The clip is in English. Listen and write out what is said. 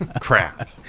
Crap